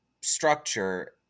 structure